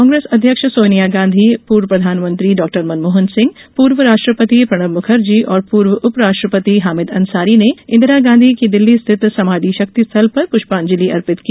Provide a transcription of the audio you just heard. कांग्रेस अध्यक्ष सोनिया गांधी पूर्व प्रधानमंत्री डॉक्टर मनमोहन सिंह पूर्व राष्ट्रपति प्रणब मुखर्जी और पूर्व उपराष्ट्रपति हामिद अंसारी ने इन्दिरा गांधी की दिल्ली स्थित समाधि शक्ति स्थल पर प्रष्पांजलि अर्पित की